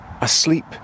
asleep